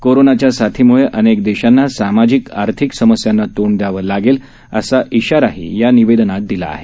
कोरोनाच्या साथीमुळे अनेक देशांना सामाजिक आर्थिक समस्यांना तोंड द्यावं लागेल असाही इशारा या निवेदनात दिला आहे